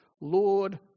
Lord